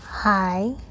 Hi